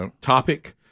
topic